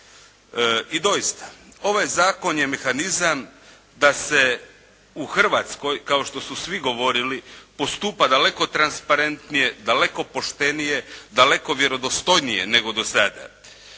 I doista, ovaj zakon je mehanizam da se u Hrvatskoj kao što su svi govorili postupa daleko transparentnije, daleko poštenije, daleko vjerodostojnije nego do sada.